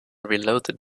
reloaded